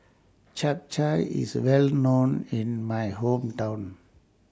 Chap Chai IS Well known in My Hometown